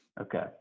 Okay